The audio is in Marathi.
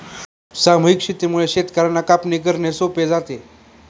सामूहिक शेतीमुळे शेतकर्यांना कापणी करणे सोपे जाते